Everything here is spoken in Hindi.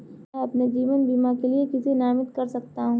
मैं अपने जीवन बीमा के लिए किसे नामित कर सकता हूं?